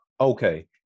Okay